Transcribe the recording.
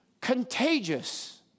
contagious